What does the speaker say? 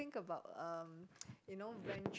think about um you know ven~